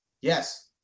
Yes